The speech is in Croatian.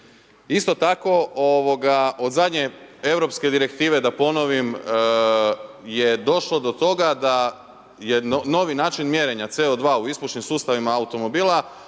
Isto tako od zadnje europske direktive, da ponovim, je došlo do toga da je novi način mjerenja CO2 u ispušnim sustavima automobila